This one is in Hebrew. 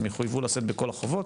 יחויבו לשאת בכל החובות,